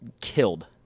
killed